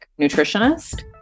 nutritionist